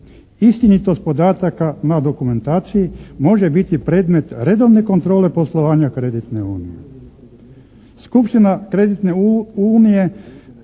Istinitost podataka na dokumentaciji može biti predmet redovne kontrole poslovanja kreditne unije. Skupština kreditne unije